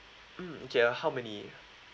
mm okay uh how many